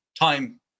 time